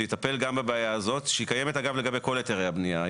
שיטפל גם בבעיה הזאת שהיא קיימת אגב לגבי כל היתרי הבנייה.